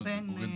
תאמיני לי.